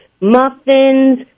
muffins